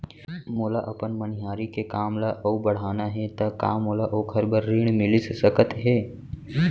मोला अपन मनिहारी के काम ला अऊ बढ़ाना हे त का मोला ओखर बर ऋण मिलिस सकत हे?